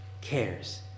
cares